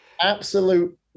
absolute